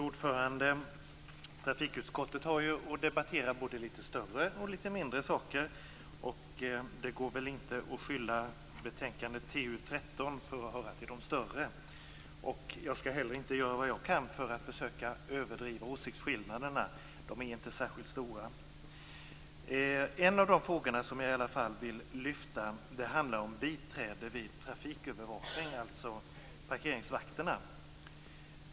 Fru talman! Trafikutskottet debatterar både lite större och lite mindre frågor. Det går väl inte att beskylla betänkandet TU13 för att höra till de större. Jag skall göra vad jag kan för att inte överdriva åsiktsskillnaderna. De är inte särskilt stora. En av de frågor som jag ändå vill lyfta fram handlar om biträde vid trafikövervakning, dvs. om parkeringsvakterna.